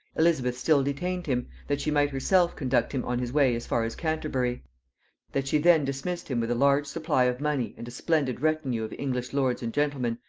elizabeth still detained him that she might herself conduct him on his way as far as canterbury that she then dismissed him with a large supply of money and a splendid retinue of english lords and gentlemen,